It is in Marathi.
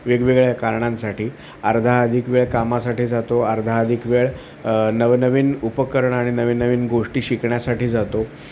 वेगवेगळ्या कारणांसाठी अर्धाअधिक वेळ कामासाठी जातो अर्धाअधिक वेळ नवनवीन उपकरणं आणि नवीननवीन गोष्टी शिकण्यासाठी जातो